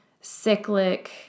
cyclic